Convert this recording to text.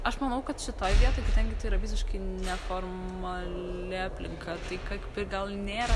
aš manau kad šitoj vietoj kadangi tai yra visiškai neformali aplinka tai kaip ir gal nėra